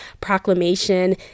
Proclamation